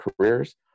careers